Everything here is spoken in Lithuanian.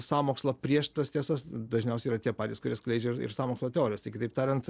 sąmokslą prieš tas tiesas dažniausiai yra tie patys kurie skleidžia ir ir sąmokslo teorijas tai kitaip tariant